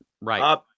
Right